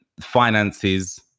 finances